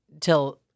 till